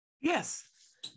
Yes